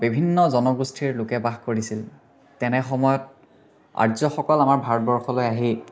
বিভিন্ন জনগোষ্ঠীৰ লোকে বাস কৰিছিল তেনে সময়ত আৰ্যসকল আমাৰ ভাৰতবৰ্ষলে আহি